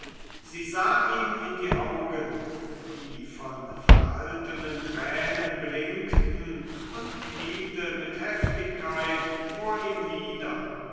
sie sah ihm in die augen die von verhaltenen tränen blinkten und kniete mit heftigkeit vor ihm nieder